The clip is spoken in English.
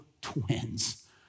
twins